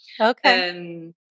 Okay